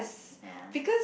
ya